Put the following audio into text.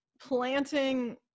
planting